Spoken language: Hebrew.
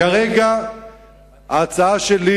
כרגע ההצעה שלי